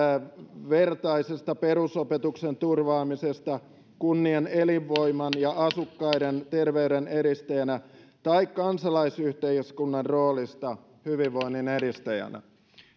yhdenvertaisesta perusopetuksen turvaamisesta kuntien elinvoiman ja asukkaiden terveyden edistämisestä tai kansalaisyhteiskunnan roolista hyvinvoinnin edistäjänä